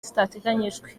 zitateganyijwe